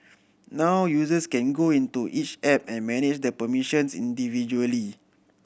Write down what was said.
now users can go into each app and manage the permissions individually